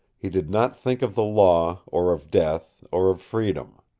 he did not think of the law, or of death, or of freedom.